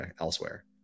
elsewhere